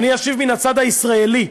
אני אשיב מהצד הישראלי,